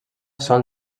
sol